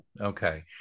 Okay